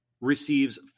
receives